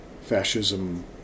fascism